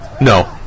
No